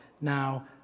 now